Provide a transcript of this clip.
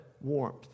warmth